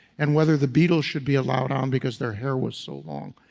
and whether the beatles should be allowed on because their hair was so long.